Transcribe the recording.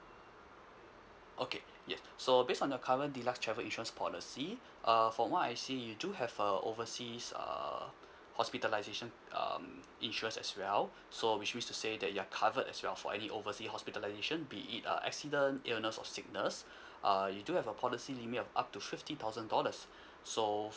okay yes so based on your current deluxe travel insurance policy uh from what I see you do have a overseas err hospitalisation um insurance as well so which means to say that you are covered as well for any oversea hospitalisation be it uh accident illness or sickness uh you do have a policy limit of up to fifty thousand dollars so